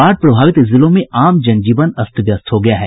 बाढ़ प्रभावित जिलों में आम जन जीवन अस्त व्यस्त हो गया है